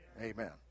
Amen